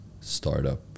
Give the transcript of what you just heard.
startup